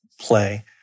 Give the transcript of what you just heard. play